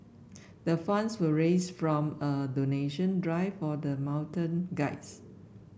the funds were raised from a donation drive for the mountain guides